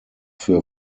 für